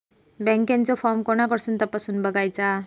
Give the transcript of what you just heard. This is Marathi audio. बँकेचो फार्म कोणाकडसून तपासूच बगायचा?